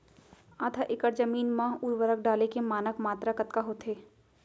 आधा एकड़ जमीन मा उर्वरक डाले के मानक मात्रा कतका होथे?